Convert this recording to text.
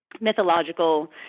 mythological